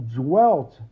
dwelt